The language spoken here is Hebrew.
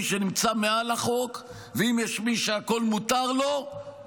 שנמצא מעל החוק ואם יש מי שהכול מותר לו,